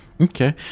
Okay